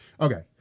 Okay